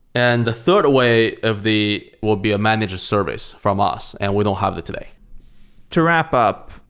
and the third way of the will be a manage of service from us, and we don't have that today to wrap up,